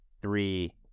three